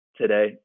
today